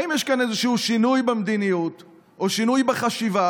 האם יש כאן איזשהו שינוי במדיניות או שינוי בחשיבה